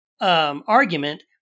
argument